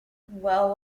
well